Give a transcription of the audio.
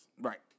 Right